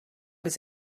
was